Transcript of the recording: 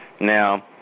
Now